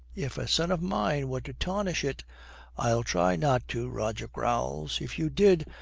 if a son of mine were to tarnish it i'll try not to roger growls. if you did,